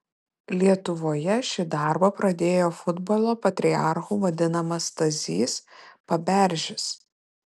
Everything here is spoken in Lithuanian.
lietuvoje šį darbą pradėjo futbolo patriarchu vadinamas stasys paberžis